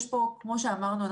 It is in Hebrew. כמו שאמרנו,